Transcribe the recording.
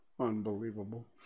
Unbelievable